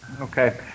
Okay